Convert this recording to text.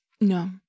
No